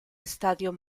estadio